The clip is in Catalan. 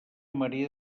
maria